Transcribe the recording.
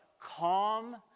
calm